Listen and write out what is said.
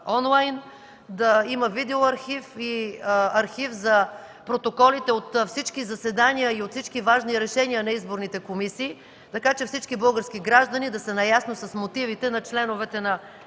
да има видео архив и архив на протоколите от всички заседания и от всички важни решения на изборните комисии, така че всички български граждани да са наясно с мотивите на членовете на